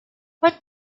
what